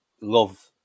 love